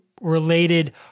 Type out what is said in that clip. related